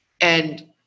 and-